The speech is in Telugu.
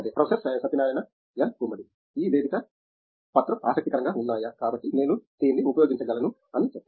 ప్రొఫెసర్ సత్యనారాయణ ఎన్ గుమ్మడి ఈ వేదిక పత్రం ఆసక్తికరంగా ఉన్నాయి కాబట్టి నేను దీన్ని ఉపయోగించగలను అని చెప్తారు